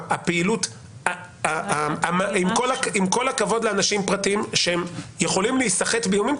שעם כל הכבוד לאנשים פרטיים שהם יכולים להיסחט באיומים,